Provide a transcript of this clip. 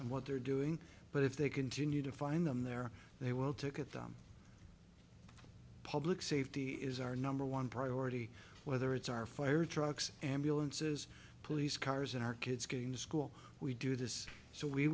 and what they're doing but if they continue to find them there they will ticket them public safety is our number one priority whether it's our fire trucks ambulances police cars and our kids going to school we do this so we